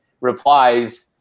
replies